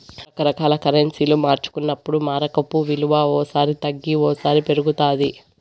రకరకాల కరెన్సీలు మార్చుకున్నప్పుడు మారకపు విలువ ఓ సారి తగ్గి ఓసారి పెరుగుతాది